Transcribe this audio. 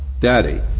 Daddy